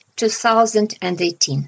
2018